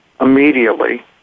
immediately